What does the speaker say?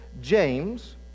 James